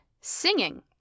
singing